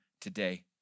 today